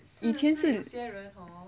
以前是